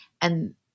and-